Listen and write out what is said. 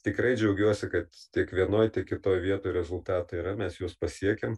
tikrai džiaugiuosi kad tiek vienoj tiek kitoj vietoj rezultatai yra mes juos pasiekiam